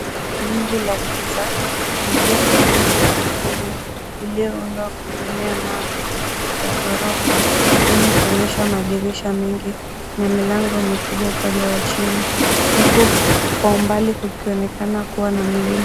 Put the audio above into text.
Wingu la giza, mijengo mingi ardhini, iliyoundwa kutumia mawe ya ghorofa yenye kuonyesha madirisha mengi na milango mikubwa upande wa chini, huku kwa umbali kukionekana kuwa na mlima.